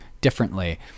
differently